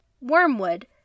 Wormwood